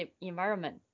environment